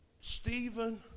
Stephen